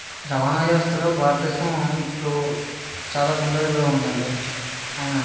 రవాణా వ్యవస్థలో భారతదేశం ఇప్పుడు చాలా ముందడుగులో ఉందండి అవునండి